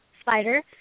spider